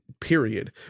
period